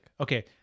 Okay